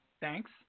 Thanks